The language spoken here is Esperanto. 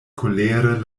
kolere